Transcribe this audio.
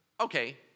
Okay